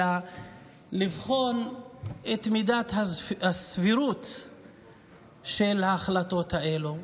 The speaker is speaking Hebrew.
אלא לבחון את מידת הסבירות של ההחלטות האלה.